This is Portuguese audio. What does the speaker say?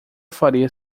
faria